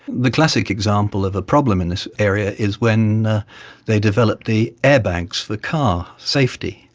the classic example of a problem in this area is when they developed the airbags for car safety.